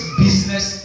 business